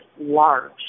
large